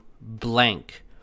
blank